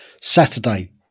Saturday